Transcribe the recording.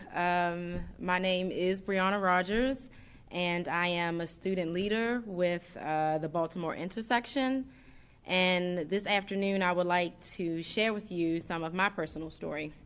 and my name is brianna rogers and i am a student leader with the baltimore intersection and this afternoon i would like to share with you some of my personal story.